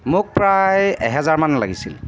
মোক প্ৰায় এহেজাৰমান লাগিছিল